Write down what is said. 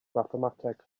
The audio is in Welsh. mathemateg